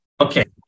Okay